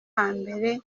hambere